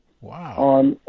Wow